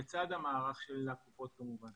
זאת כמובן